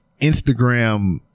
Instagram